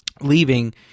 leaving